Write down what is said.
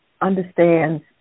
understands